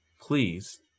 please